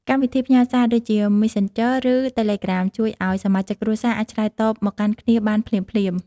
កម្មវិធីផ្ញើសារ ដូចជា Messengerឬ Telegram ជួយឱ្យសមាជិកគ្រួសារអាចឆ្លើយតបមកកាន់គ្នាបានភ្លាមៗ។